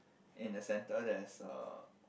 in the center there is a